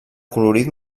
colorit